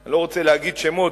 אני לא רוצה להגיד שמות,